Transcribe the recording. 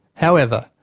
however,